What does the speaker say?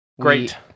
Great